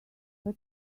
but